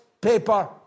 paper